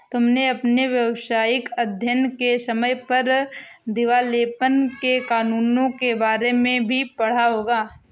तुमने अपने व्यावसायिक अध्ययन के समय पर दिवालेपन के कानूनों के बारे में भी पढ़ा होगा